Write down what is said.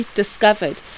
discovered